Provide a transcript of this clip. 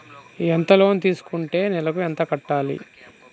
ఎంత లోన్ తీసుకుంటే నెలకు ఎంత కట్టాలి?